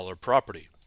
property